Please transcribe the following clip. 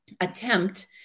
attempt